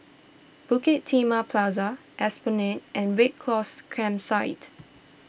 Bukit Timah Plaza Esplanade and Red Cross Campsite